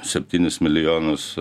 septynis milijonus